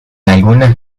algunas